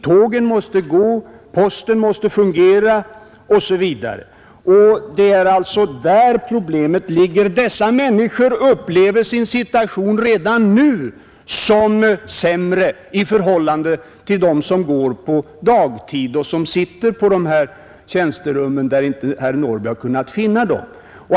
Tågen måste gå, posten måste fungera osv. Det är alltså där problemet ligger. Dessa människor upplever att de redan nu har en sämre situation än de som tjänstgör på dagtid och som sitter på dessa tjänsterum, där herr Norrby inte har kunnat finna dem.